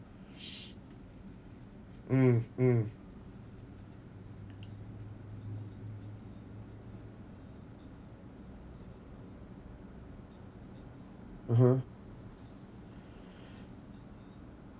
mm mm (uh huh)